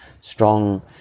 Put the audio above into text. strong